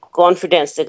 confidence